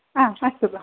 हा अस्तु